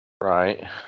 Right